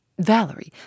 Valerie